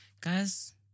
Guys